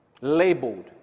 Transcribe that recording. labeled